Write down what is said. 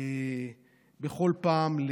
בכל פעם,